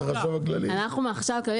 אנחנו מהחשב הכללי,